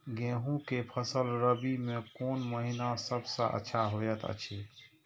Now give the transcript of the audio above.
गेहूँ के फसल रबि मे कोन महिना सब अच्छा होयत अछि?